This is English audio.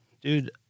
dude